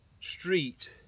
street